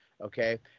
Okay